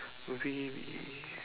maybe we